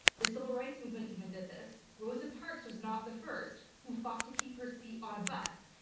the civil rights movement even did this. rosa parks was not the first who fought to keep her seat on a bus.